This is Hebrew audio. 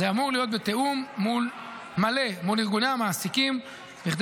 זה אמור להיות בתיאום מלא מול ארגוני המעסיקים בכדי